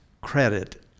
credit